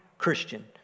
Christian